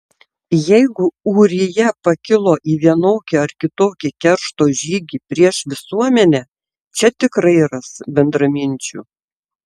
jeigu ūrija pakilo į vienokį ar kitokį keršto žygį prieš visuomenę čia tikrai ras bendraminčių